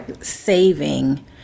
saving